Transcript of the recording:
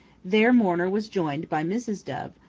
there mourner was joined by mrs. dove,